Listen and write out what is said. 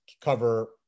cover